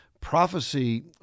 prophecy